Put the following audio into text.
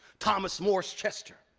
thomas morris chester,